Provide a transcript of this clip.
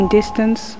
distance